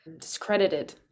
discredited